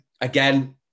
Again